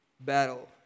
battle